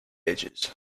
edges